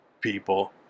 people